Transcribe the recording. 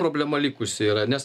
problema likusi yra nes